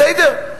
בסדר?